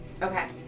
Okay